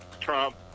trump